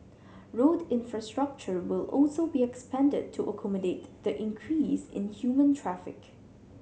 road infrastructure will also be expanded to accommodate the increase in human traffic